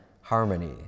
harmony